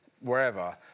wherever